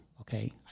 okay